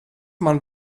mani